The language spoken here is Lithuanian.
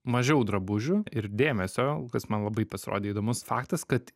mažiau drabužių ir dėmesio kas man labai pasirodė įdomus faktas kad